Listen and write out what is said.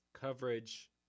coverage